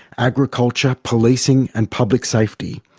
agriculture, policing, and public safety.